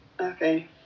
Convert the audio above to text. Okay